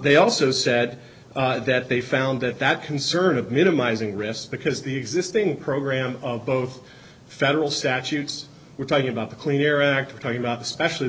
they also said that they found that that concern of minimizing risk because the existing program of both federal statutes we're talking about the clean air act we're talking about especially the